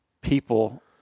people